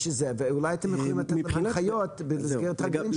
אולי אתם יכולים לתת להם הנחיות במסגרת תרגילים.